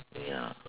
ya